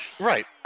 Right